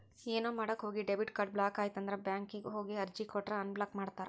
ಏನೋ ಮಾಡಕ ಹೋಗಿ ಡೆಬಿಟ್ ಕಾರ್ಡ್ ಬ್ಲಾಕ್ ಆಯ್ತಂದ್ರ ಬ್ಯಾಂಕಿಗ್ ಹೋಗಿ ಅರ್ಜಿ ಕೊಟ್ರ ಅನ್ಬ್ಲಾಕ್ ಮಾಡ್ತಾರಾ